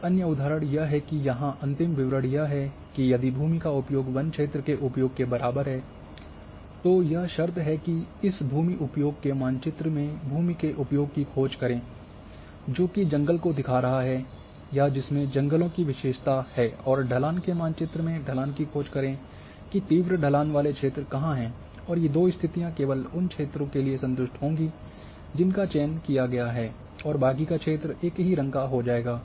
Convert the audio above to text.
एक अन्य उदाहरण यह है कि यहां अंतिम विवरण यह है कि यदि भूमि का उपयोग वन के उपयोग के बराबर है तो यह शर्त है कि इस भूमि उपयोग के मानचित्र में भूमि के उपयोग की खोज करें जो कि जंगल को दिखा रहा है या जिसमें जंगलों की विशेषता है और ढलान के मानचित्र में ढलान की खोज करें कि तीव्र ढलान वाले क्षेत्र कहाँ हैं और ये दो स्थितियां केवल उन क्षेत्रों के लिए संतुष्ट होंगी जिनका चयन किया गया है और बाकी का क्षेत्र एक ही रंग का हो जाएगा